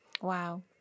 Wow